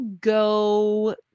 go